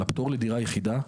על הפטור לדירה יחידה,